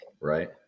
right